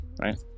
Right